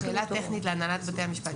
שאלה טכנית להנהלת בתי המשפט.